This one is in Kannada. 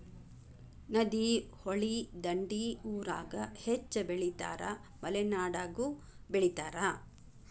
ನದಿ, ಹೊಳಿ ದಂಡಿ ಊರಾಗ ಹೆಚ್ಚ ಬೆಳಿತಾರ ಮಲೆನಾಡಾಗು ಬೆಳಿತಾರ